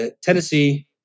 Tennessee